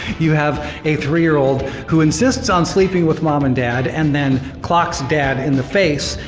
you have a three-year-old who insists on sleeping with mom and dad, and then clocks dad in the face,